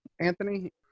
Anthony